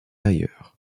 ailleurs